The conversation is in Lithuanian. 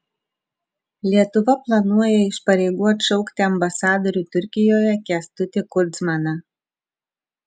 lietuva planuoja iš pareigų atšaukti ambasadorių turkijoje kęstutį kudzmaną